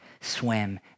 swim